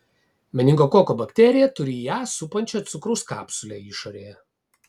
meningokoko bakterija turi ją supančią cukraus kapsulę išorėje